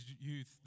youth